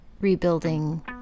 rebuilding